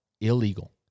illegal